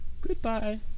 Goodbye